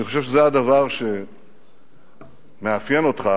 אני חושב שזה הדבר שמאפיין אותך,